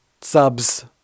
subs